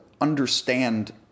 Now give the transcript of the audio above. understand